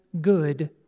good